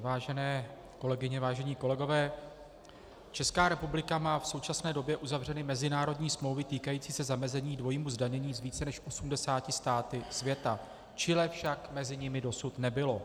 Vážené kolegyně, vážení kolegové Česká republika má v současné době uzavřeny mezinárodní smlouvy týkající se zamezení dvojímu zdanění s více než osmdesáti státy světa, Chile však mezi nimi dosud chybí.